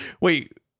Wait